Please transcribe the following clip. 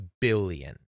billion